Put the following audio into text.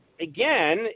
again